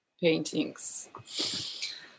paintings